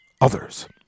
others